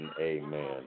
amen